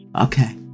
Okay